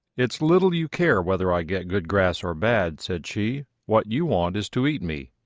it's little you care whether i get good grass or bad, said she what you want is to eat me.